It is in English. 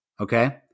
okay